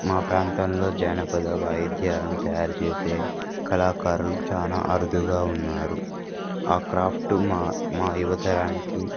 మా ప్రాంతంలో జానపద వాయిద్యాలను తయారు చేేసే కళాకారులు చాలా అరుదుగా ఉన్నారు ఆ క్రాఫ్ట్ మా మా యువతరానికి